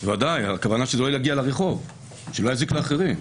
הכוונה היא שהוא לא יגיע לרחוב ויזיק לאחרים.